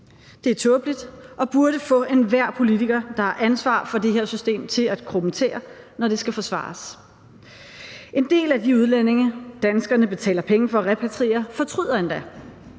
Det er tåbeligt og burde få enhver politiker, der har ansvaret for det her system, til at krumme tæer, når det skal forsvares. En del af de udlændinge, danskerne betaler penge for at repatriere, fortryder endda: